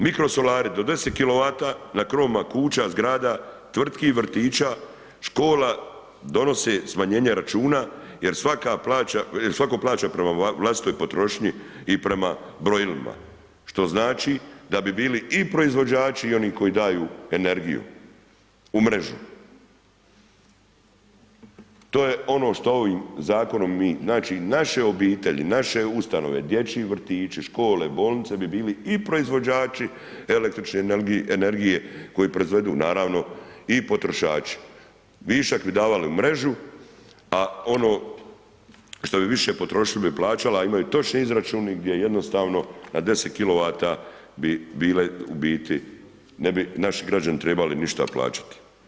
Mikrosolari do 10 kw na krovovima kuća, zgrada, tvrtki, vrtića, škola, donose smanjenje računa jer svatko plaća prema vlastitoj potrošnji i prema brojilima, što znači da bi bili i proizvođači i oni koji daju energiju u mrežu, to je ono što ovim zakonom mi, znači, naše obitelji, naše ustanove, dječji vrtići, škole, bolnice bi bili i proizvođači električne energije koji proizvedu naravno i potrošači, višak bi davali u mrežu, a ono što bi više potrošili bi plaćala, imaju točni izračuni gdje jednostavno na 10 kw bi bili u biti, ne bi naši građani trebali ništa plaćati.